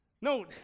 No